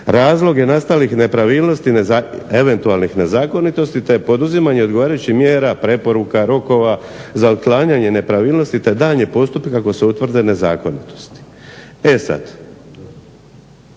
razloge nastalih nepravilnosti eventualnih nezakonitosti, te poduzimanje odgovarajućih mjera, preporuka, rokova za otklanjanje nepravilnosti te daljnjeg postupka ako se utvrde nezakonitosti. E sada,